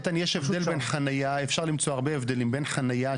איתן אפשר למצוא הרבה הבדלים בין חניה,